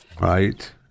Right